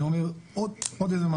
אני לא איש דתי,